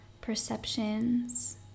perceptions